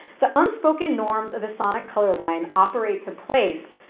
the unspoken norms of the sonic color line operates a place,